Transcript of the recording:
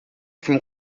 from